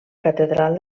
catedral